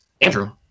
Andrew